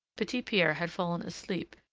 petit-pierre had fallen asleep,